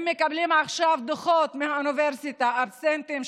הם מקבלים עכשיו דוחות מהאוניברסיטה, הסטודנטים,